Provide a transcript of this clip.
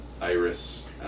Iris